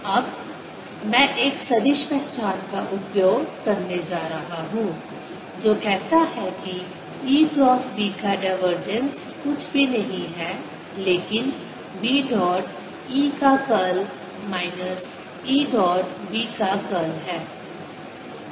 अब मैं एक सदिश पहचान का उपयोग करने जा रहा हूं जो कहता है कि E क्रॉस B का डाइवर्जेंस कुछ भी नहीं है लेकिन B डॉट E का curl minus E dot B का कर्ल है